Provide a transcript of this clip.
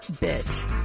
bit